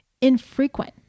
infrequent